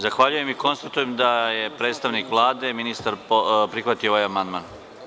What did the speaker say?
Zahvaljujem i konstatujem da je predstavnik Vlade, ministar prihvatio ovaj amandman.